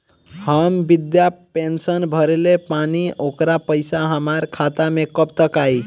हम विर्धा पैंसैन भरले बानी ओकर पईसा हमार खाता मे कब तक आई?